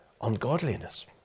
ungodliness